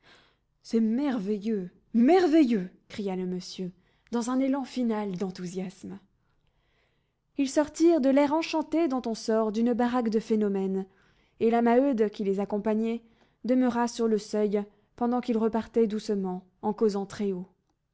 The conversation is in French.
c'est merveilleux merveilleux cria le monsieur dans un élan final d'enthousiasme ils sortirent de l'air enchanté dont on sort d'une baraque de phénomènes et la maheude qui les accompagnait demeura sur le seuil pendant qu'ils repartaient doucement en causant très haut